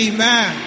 Amen